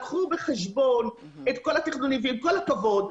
לקחו בחשבון את כל התכנונים ועם כל הכבוד,